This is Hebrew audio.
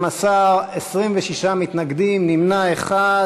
בעד ההסתייגות, 12, 26 מתנגדים, נמנע אחד.